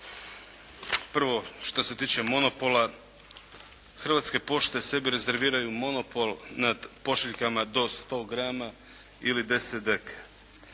Prvo, šta se tiče monopola, Hrvatske pošte sebi rezerviraju monopol nad pošiljkama od 100 grama ili 10 dag.